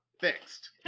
Fixed